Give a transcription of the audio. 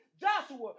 Joshua